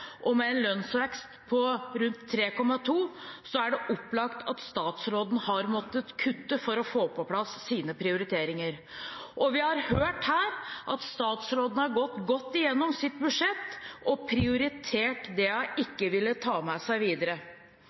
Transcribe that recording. lønnsvekst på rundt 3,2 pst. er det opplagt at statsråden har måttet kutte for å få på plass sine prioriteringer. Vi har hørt at statsråden har gått godt gjennom sitt budsjett og prioritert ned det hun ikke ville ta med seg videre.